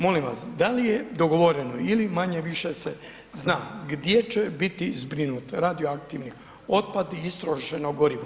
Molim vas, da li je dogovoreno ili manje-više se zna gdje će biti zbrinut radioaktivni otpad i istrošeno gorivo?